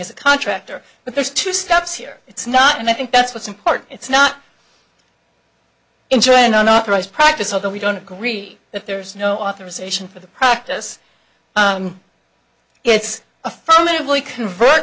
as a contractor but there's two steps here it's not and i think that's what's important it's not in turn on authorized practice although we don't agree that there's no authorization for the practice it's affirmatively convert